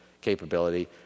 capability